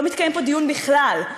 לא מתקיים דיון בכלל,